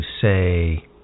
say